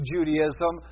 Judaism